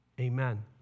Amen